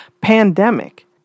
pandemic